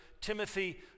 Timothy